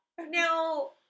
Now